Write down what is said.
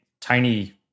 tiny